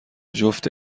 جفت